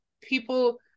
people